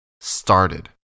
started